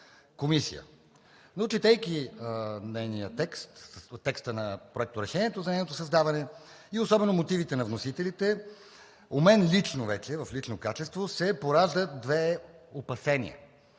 Но, четейки нейния текст, текста на проекторешението за нейното създаване и особено мотивите на вносителите, у мен лично вече, в лично качество, се пораждат две опасения.